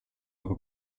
aga